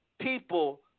people